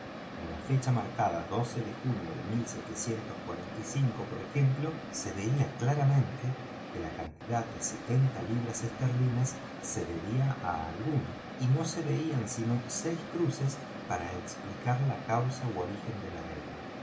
en la fecha marcada de junio de por ejemplo se veía claramente que la cantidad de setenta libras esterlinas se debía á alguno y no se veían sino seis cruces para explicar la causa ú origen de la deuda